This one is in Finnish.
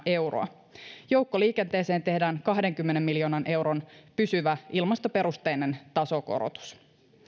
euroa joukkoliikenteeseen tehdään kahdenkymmenen miljoonan euron pysyvä ilmastoperusteinen tasokorotus